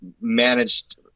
managed